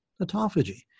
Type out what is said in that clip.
autophagy